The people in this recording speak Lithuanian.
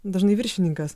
dažnai viršininkas